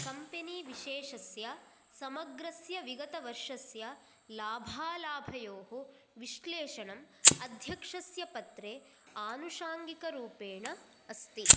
company विशेषस्य समग्रस्य विगतवर्षस्य लाभालाभयोः विश्लेषणम् अध्यक्षस्य पत्रे आनुसाङ्गिकरूपेण अस्ति